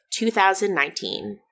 2019